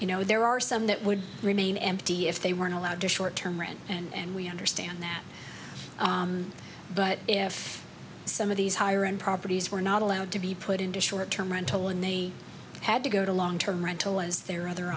you know there are some that would remain empty if they weren't allowed to short term rent and we understand that but if some of these higher end properties were not allowed to be put into short term rental and they had to go to long term rental as their other